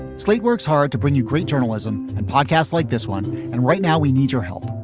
slate works hard to bring you great journalism and podcasts like this one and right now we need your help.